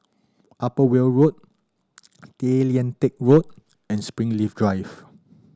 Upper Weld Road Tay Lian Teck Road and Springleaf Drive